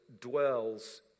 dwells